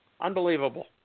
Unbelievable